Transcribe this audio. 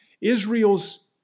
Israel's